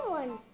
one